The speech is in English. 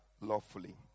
lawfully